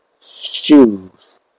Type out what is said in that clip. shoes